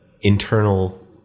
internal